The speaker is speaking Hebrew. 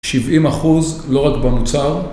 70% לא רק במוצר